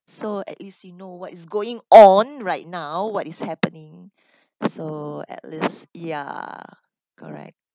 so at least you know what is going on right now what is happening so at least ya correct